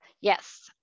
Yes